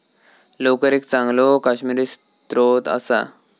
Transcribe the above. लोकर एक चांगलो काश्मिरी स्त्रोत असा